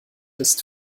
ist